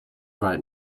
right